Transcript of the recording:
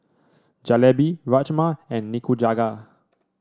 Jalebi Rajma and Nikujaga